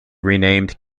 renamed